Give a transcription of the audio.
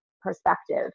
perspective